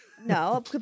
no